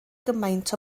gymaint